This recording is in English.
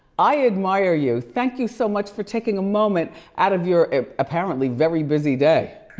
i admire you. thank you so much for taking a moment out of your apparently very busy day.